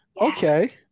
okay